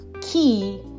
key